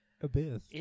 Abyss